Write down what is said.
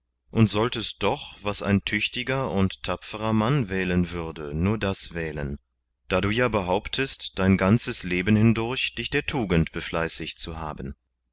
und solltest doch nur das wählen was ein tüchtiger und tapferer mann wählen würde da du ja behauptest dein ganzes leben hindurch dich der tugend befleißigt zu haben